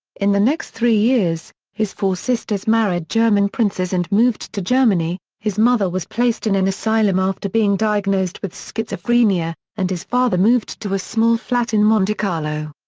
in the next three years, his four sisters married german princes and moved to germany, his mother was placed in an asylum after being diagnosed with schizophrenia, and his father moved to a small flat in monte carlo.